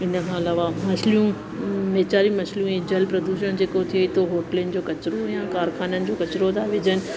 इनखां अलावा मछलियूं वीचारी मछलियूं हीअ जल प्रदूषण जेको थिए थो होटलुनि जो कचरो या कारख़ाननि जो कचरो था विझनि